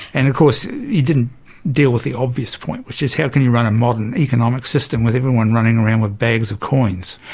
and of course he didn't deal with the obvious point which was how can you run a modern economic system with everyone running around with bags of coins.